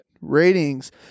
Ratings